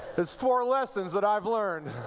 is four lessons that i've learned